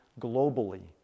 globally